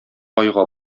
айга